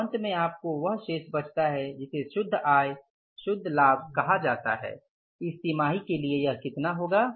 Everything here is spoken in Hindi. तो अंत में आपको वह शेष बचता है जिसे जिसे शुद्ध आय शुद्ध आय लाभ कहा जाता है इस तिमाही के लिए यह कितना होगा